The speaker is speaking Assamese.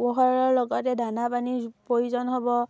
পোহৰৰ লগতে দানা পানীৰ প্ৰয়োজন হ'ব